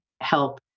help